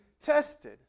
tested